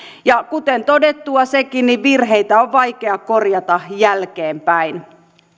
ja kuten todettua sekin virheitä on vaikea korjata jälkeenpäin